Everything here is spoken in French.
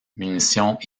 munitions